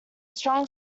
strong